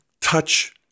touch